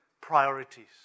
priorities